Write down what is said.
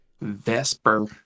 Vesper